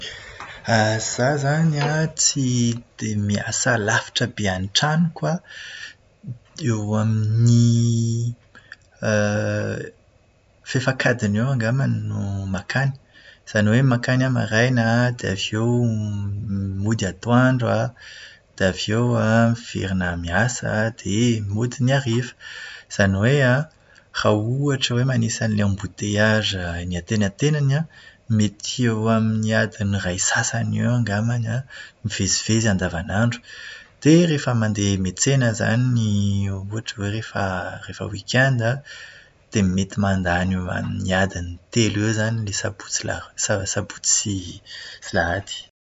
Izaho izany an, tsy dia miasa alavitra be an'ny tranoko aho, eo amin'ny fefak'adiny eo angamba no mankany. Zany hoe mankany aho maraina an, dia avy eo mody atoandro an, dia avy eo an, miverina miasa, dia mody ny hariva. Izany hoe an, raha ohatra hoe manisa an'ilay "embouteillages" eny antenantenany an, eo amin'ny adiny iray sy sasany eo angambany mivezivezy andavanandro. Dia rehefa mandeha miantsena izany ny ny ohatra hoe rehefa "week-end" an, dia mety mandany eo amin'ny adiny telo izany ny sab- sa- sabotsy sy alahady.